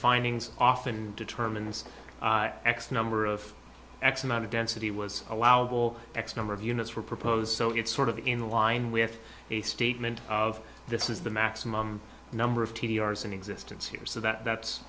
findings often determines x number of x amount of density was allowed x number of units were proposed so it's sort of in line with a statement of this is the maximum number of t r s in existence here so that that's